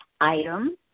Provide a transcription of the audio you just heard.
item